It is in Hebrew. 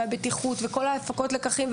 והבטיחות וכל הפקות הלקחים,